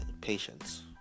patience